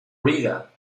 riga